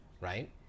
right